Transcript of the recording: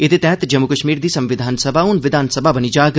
एह्दे तैहत जम्मू कश्मीर दी संविधान सभा हून विधान सभा बनी जाग